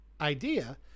idea